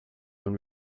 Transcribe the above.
when